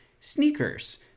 sneakers